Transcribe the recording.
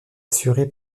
assurée